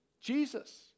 Jesus